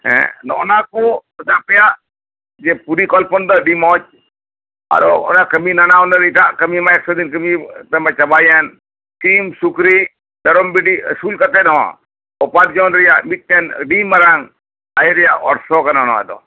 ᱦᱮᱸ ᱱᱚᱜᱚᱱᱟ ᱠᱚ ᱟᱯᱮᱭᱟᱜ ᱡᱮ ᱯᱚᱨᱤᱠᱚᱞᱯᱚᱱᱟ ᱫᱚ ᱟᱹᱰᱤ ᱢᱚᱸᱡᱽ ᱟᱨᱚ ᱚᱱᱟ ᱠᱟᱹᱢᱤ ᱱᱟᱱᱟ ᱦᱩᱱᱟᱹᱨ ᱠᱟᱹᱢᱤ ᱮᱠᱥᱚᱫᱤᱱ ᱠᱟᱹᱢᱤ ᱱᱚᱛᱮᱢᱟ ᱪᱟᱵᱟᱭᱮᱱ ᱥᱤᱢ ᱥᱩᱠᱨᱤ ᱢᱮᱨᱚᱢ ᱵᱷᱤᱰᱤ ᱟᱹᱥᱩᱞ ᱠᱟᱛᱮᱫ ᱨᱮᱦᱚᱸ ᱩᱯᱟᱨᱡᱚᱱ ᱨᱮᱭᱟᱜ ᱢᱤᱫᱴᱟᱝ ᱟᱹᱰᱤ ᱢᱟᱨᱟᱝ ᱛᱟᱦᱮᱱ ᱨᱮᱭᱟᱜ ᱚᱨᱥᱚᱝ ᱱᱚᱶᱟᱫᱚ